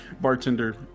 Bartender